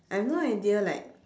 I have no idea like